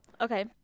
Okay